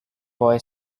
boy